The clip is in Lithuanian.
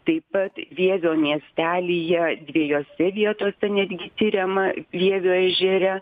taip pat vievio miestelyje dviejose vietose netgi tiriama vievio ežere